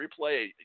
replay